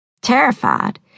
Terrified